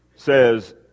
Says